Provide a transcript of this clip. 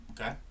Okay